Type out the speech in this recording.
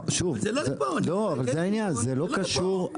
שוב, זה העניין, זה לא קשור.